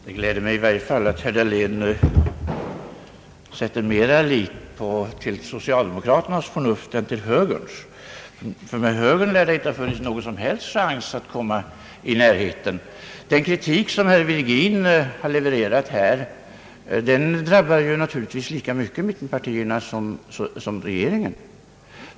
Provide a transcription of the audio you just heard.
Herr talman! Det gläder mig i varje fall att herr Dahlén sätter mera lit till socialdemokraternas förnuft än till högerns. Ty det lär inte ha funnits någon som helst chans att komma i närheten av högerns ståndpunkt. Den kritik som herr Virgin har levererat drabbar naturligtvis lika mycket mittenpartierna som regeringen.